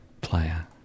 player